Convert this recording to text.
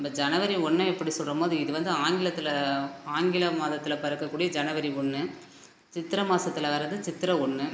நம்ம ஜனவரி ஒன்றை எப்படி சொல்கிறோமோ அது இது வந்து ஆங்கிலத்தில் ஆங்கில மாதத்தில் பிறக்கக்கூடிய ஜனவரி ஒன்று சித்திரை மாதத்துல வர்றது சித்திரை ஒன்று